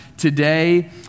Today